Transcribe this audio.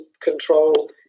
control